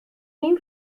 این